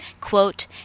Quote